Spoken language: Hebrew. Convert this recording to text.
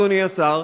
אדוני השר,